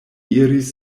iris